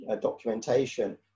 documentation